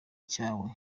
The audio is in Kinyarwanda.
cyawe